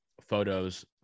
photos